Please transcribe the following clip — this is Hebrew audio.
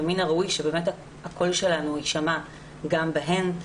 ומן הראוי שבאמת הקול שלנו יישמע גם בהן.